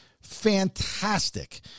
Fantastic